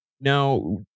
now